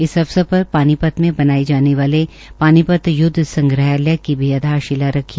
इस अवसर पर पानीपत में बनाये जाने वाले पानीपत य्दव संग्रहालय की भी आधारशिला रखी